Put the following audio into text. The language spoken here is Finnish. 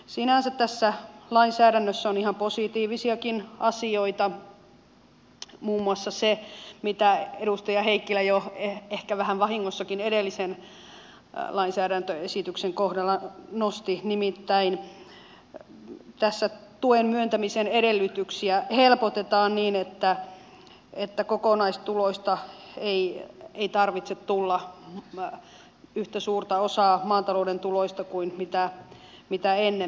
sinänsä tässä lainsäädännössä on ihan positiivisiakin asioita muun muassa se minkä edustaja heikkilä jo ehkä vähän vahingossakin edellisen lainsäädäntöesityksen kohdalla nosti esille nimittäin tässä tuen myöntämisen edellytyksiä helpotetaan niin että kokonaistuloista ei tarvitse tulla yhtä suurta osaa maatalouden tuloista kuin ennen